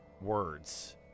words